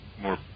more